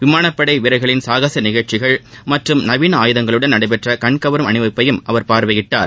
விமானப்படை வீரர்களின் சாகச நிகழ்ச்சிகள் மற்றும் நவீன ஆயுதங்களுடன் நடைபெற்ற கண்ணைகவரும் அணிவகுப்பை அவர் பார்வையிட்டார்